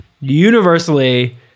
universally